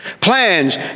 Plans